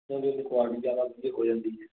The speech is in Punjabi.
ਹੋ ਜਾਂਦੀ